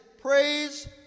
Praise